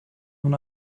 nun